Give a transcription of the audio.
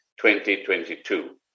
2022